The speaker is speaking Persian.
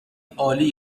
عالی